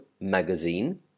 magazine